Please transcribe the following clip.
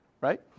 right